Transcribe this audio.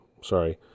Sorry